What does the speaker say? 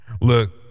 Look